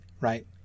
right